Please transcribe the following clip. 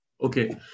Okay